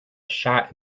shot